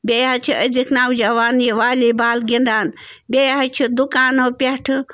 بیٚیہِ حظ چھِ أزِکۍ نَوجَوان یہِ والی بال گِنٛدان بیٚیہِ حظ چھِ دُکانَو پٮ۪ٹھٕ